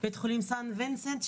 בית החולים סנט וינסנט,